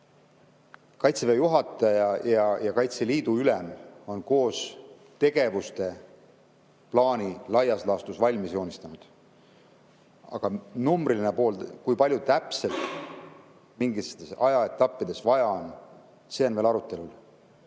Kaitseväe juhataja ja Kaitseliidu ülem on tegevuste plaani laias laastus koos valmis joonistanud. Aga numbriline pool, kui palju täpselt mingis ajaetapis vaja on, on veel arutelul.